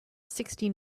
sixty